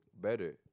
better